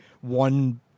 one